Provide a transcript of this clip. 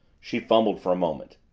she fumbled for a moment.